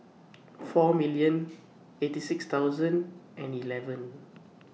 four million eighty six thousand and eleven